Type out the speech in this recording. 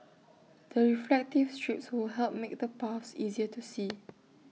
the reflective strips would help make the paths easier to see